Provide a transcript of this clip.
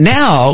now